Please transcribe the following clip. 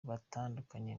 batandukanye